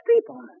people